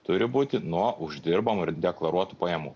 turi būti nuo uždirbamų ir deklaruotų pajamų